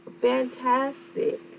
fantastic